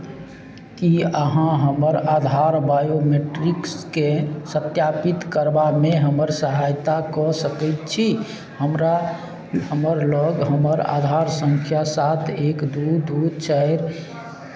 की अहाँ हमर आधार बायोमेट्रिक्सकेँ सत्यापित करबामे हमर सहायता कऽ सकैत छी हमरा हमर लग हमर आधार सङ्ख्या सात एक दू दू चारि